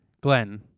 Glenn